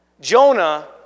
Jonah